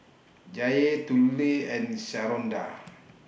Jaye Tula and Sharonda